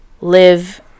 live